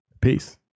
Peace